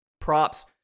props